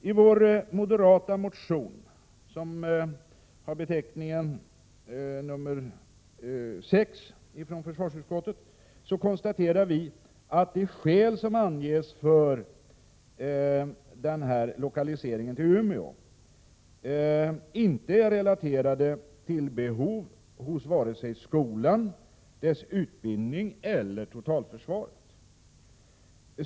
I vår moderata motion med beteckningen Fö6 konstaterar vi att de skäl som anges för lokaliseringen till Umeå inte är relaterade till behov hos vare sig skolan, dess utbildning eller totalförsvaret.